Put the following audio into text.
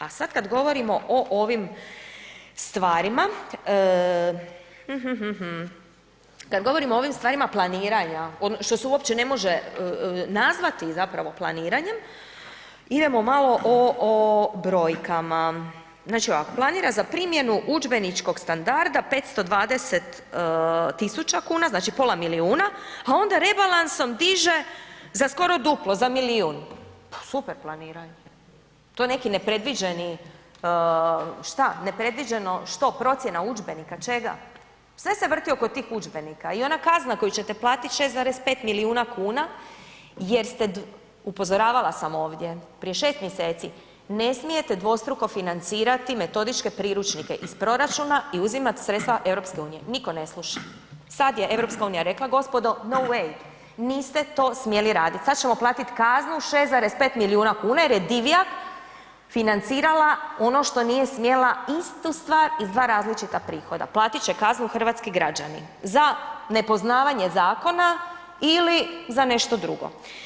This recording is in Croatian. A sad kad govorimo o ovim stvarima, kad govorimo o ovim stvarima planiranja što se uopće ne može nazvati zapravo planiranjem idemo malo o, o brojkama, znači planira za primjenu udžbeničkog standarda 520.000,00 kn, znači pola milijuna, a onda rebalansom diže za skoro duplo, za milijun, super planiranje, to je neki nepredviđeni šta, nepredviđeno što procjena udžbenika, čega, sve se vrti oko tih udžbenika i ona kazna koju ćete platit 6,5 milijuna kuna jer ste, upozoravala sam ovdje prije 6. mjeseci, ne smijete dvostruko financirati metodičke priručnike iz proračuna i uzimat sredstva EU, nitko ne sluša, sad je EU rekla gospodo no way, niste to smjeli radit, sad ćemo platit kaznu 6,5 milijuna kuna jer je Divjak financirala ono što nije smjela istu stvar iz dva različita prihoda, platit će kaznu hrvatski građani za nepoznavanje zakona ili za nešto drugo.